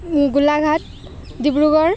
Golaghat Dibrugarh